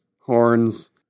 horns